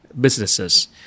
businesses